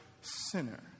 sinner